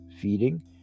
feeding